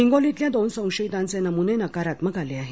हिंगोलीतल्या दोन संशयितांचे नमुने नकारात्मक आले आहेत